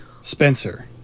Spencer